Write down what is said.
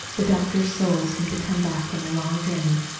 the doctor's soul seemed to come back from a long journey.